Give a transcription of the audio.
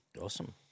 Awesome